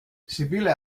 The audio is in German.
sibylle